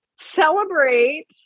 celebrate